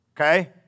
okay